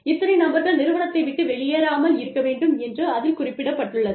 இத்தனை நபர்கள் நிறுவனத்தை விட்டு வெளியேறாமல் இருக்க வேண்டும் என்று அதில் குறிப்பிடப் பட்டுள்ளது